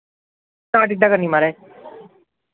चार टिकटां करनी माराज